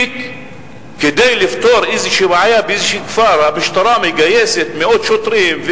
כדי לפתור איזו בעיה באיזה כפר המשטרה מגייסת מאות שוטרים,